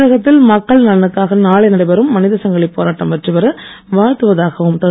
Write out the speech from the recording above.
தமிழகத்தில் மக்கள் நலனுக்காக நாளை நடைபெறும் மனிதசங்கிலி போராட்டம் வெற்றி பெற வாழ்த்துவதாகவும் திரு